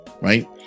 right